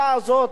האמת היא,